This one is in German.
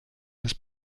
des